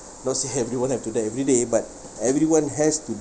not say everyone have to die everyday but everyone has to